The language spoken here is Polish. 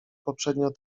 poprzednio